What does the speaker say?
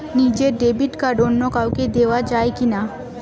নিজের debit card অন্য কাউকে দেওয়া যায় কি না?